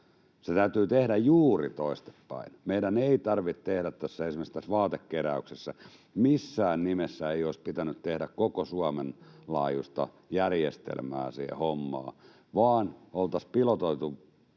Se täytyy tehdä juuri toistepäin. Esimerkiksi tässä vaatekeräyksessä missään nimessä ei olisi pitänyt tehdä koko Suomen laajuista järjestelmää siihen hommaan, vaan oltaisiin pilotoitu